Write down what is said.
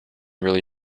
really